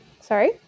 sorry